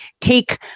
take